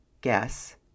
guess